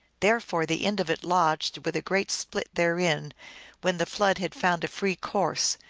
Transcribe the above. therefore the end of it lodged with a great split therein when the flood had found a free course,